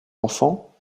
enfants